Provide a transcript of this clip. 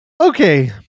Okay